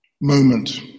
moment